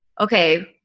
okay